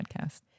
podcast